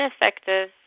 Ineffective